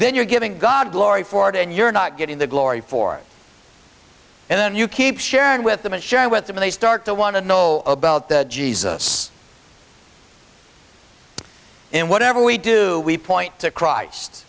then you're giving god glory for it and you're not getting the glory for it and then you keep sharing with them and sharing with them they start to want to know about the jesus in whatever we do we point to christ